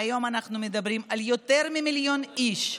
והיום אנחנו מדברים על יותר ממיליון איש,